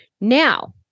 Now